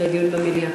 דיון במליאה.